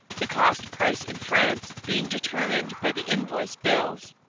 the cost price in france being determined by the invoice-bills.